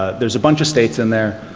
ah there's a bunch of states in there,